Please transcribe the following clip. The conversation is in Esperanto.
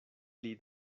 pli